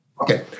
okay